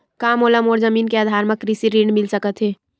का मोला मोर जमीन के आधार म कृषि ऋण मिल सकत हे?